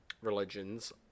religions